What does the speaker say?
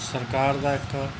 ਸਰਕਾਰ ਦਾ ਇੱਕ